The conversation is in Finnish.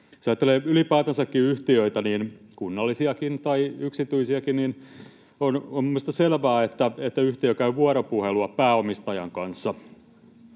ylipäätänsäkin yhtiöitä, kunnallisiakin tai yksityisiäkin, on mielestäni selvää, että yhtiö käy vuoropuhelua pääomistajan kanssa,